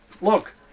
look